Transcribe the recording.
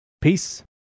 Peace